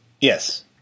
Yes